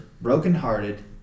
brokenhearted